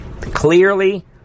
Clearly